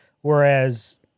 whereas